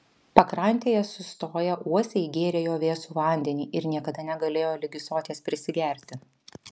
pakrantėje sustoję uosiai gėrė jo vėsų vandenį ir niekada negalėjo ligi soties prisigerti